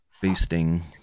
boosting